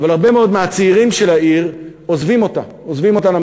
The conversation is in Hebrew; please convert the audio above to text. אבל הרבה מאוד מהצעירים של העיר עוזבים אותה למרכז.